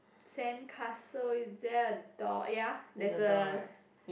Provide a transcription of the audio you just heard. sandcastle is there a door ya there's a